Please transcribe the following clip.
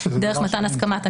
דרך מתן הסכמת הנמען,